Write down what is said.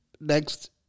Next